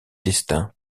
destin